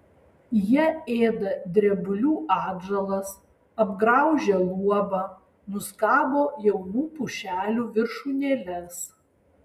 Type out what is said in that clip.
jie ėda drebulių atžalas apgraužia luobą nuskabo jaunų pušelių viršūnėles